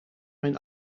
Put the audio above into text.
mijn